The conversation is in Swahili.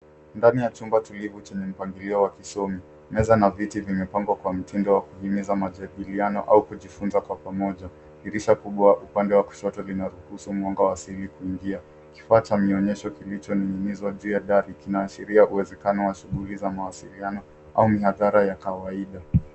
Ndani ya chumba tulivu chenye mpangilio wa kisomi. Meza na viti vimepangwa kwa mtindo wa kueneza majadiliano au kujifunza kwa pamoja. Dirisha kubwa upande wa kushoto linaruhusu mwanga wa asili kuingia. Kifaa cha mwonyesho kilichoning'iniziwa juu ya dari kinaashiria uwezekano wa shughuli za mawasiliano au miadhara ya kawaida.